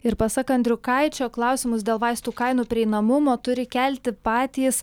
ir pasak andriukaičio klausimus dėl vaistų kainų prieinamumo turi kelti patys